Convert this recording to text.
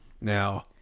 Now